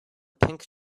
pink